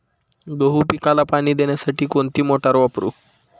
गहू पिकाला पाणी देण्यासाठी कोणती मोटार वापरू?